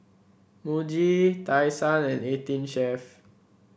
Muji Tai Sun and Eighteen Chef